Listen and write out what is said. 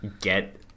get